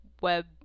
web